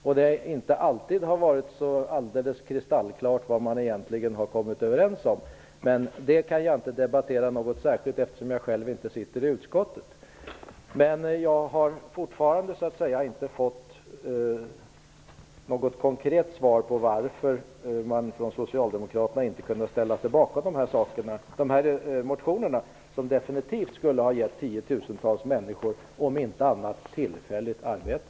Det har inte alltid varit så alldeles kristallklart vad man egentligen har kommit överens om, men det kan jag inte diskutera, eftersom jag själv inte sitter i utskottet. Jag har fortfarande inte fått något konkret svar på frågan varför socialdemokraterna inte har kunnat ställa sig bakom förslagen i våra motioner, som definitivt skulle ha gett tiotusentals människor om inte annat så i alla fall tillfälligt arbete.